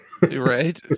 Right